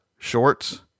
shorts